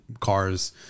cars